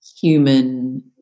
human